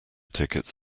tickets